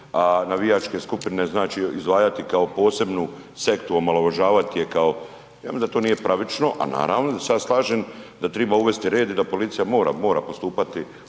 a navijačke skupine znači, izlagati kao posebnu sektu, omalovažavati je kao, ja mislim da to nije pravično, a naravno da se ja slažem da triba uvesti red i da policija mora, mora postupati